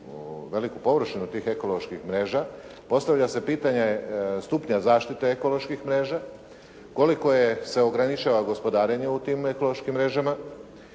veliku površinu tih ekoloških mreža, postavlja se pitanje stupnja zaštite ekoloških mreža, koliko se ograničava gospodarenje u tim ekološkim mrežama